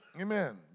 Amen